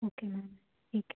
okay ma'am ठीक है